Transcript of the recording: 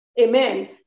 amen